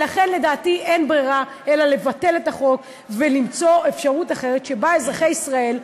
לכן לדעתי אין ברירה אלא לבטל את החוק ולמצוא אפשרות אחרת שאזרחי ישראל,